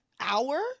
hour